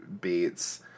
beats